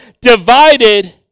divided